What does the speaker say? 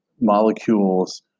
molecules